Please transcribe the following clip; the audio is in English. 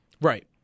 Right